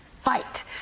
fight